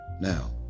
Now